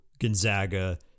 Gonzaga